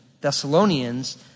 Thessalonians